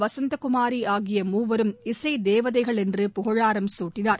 வசந்தகுமாரி ஆகிய மூவரும் இசைத் தேவதைகள் என்று புகழாரம் சூட்டினார்